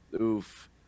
Oof